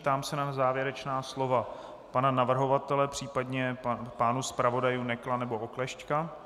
Ptám se na závěrečná slova navrhovatele, případně pánů zpravodajů Nekla nebo Oklešťka.